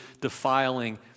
defiling